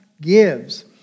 gives